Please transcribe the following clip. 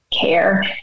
care